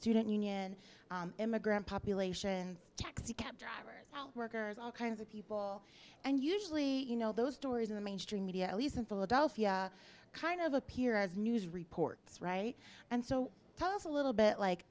didn't union immigrant population taxi cab driver workers all kinds of people and usually you know those stories in the mainstream media at least in philadelphia kind of appear as news reports right and so tell us a little bit like